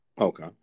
okay